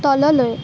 তললৈ